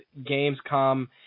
Gamescom